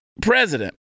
president